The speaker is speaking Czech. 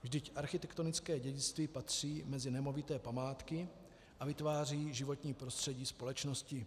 Vždyť architektonické dědictví patří mezi nemovité památky a vytváří životní prostředí společnosti.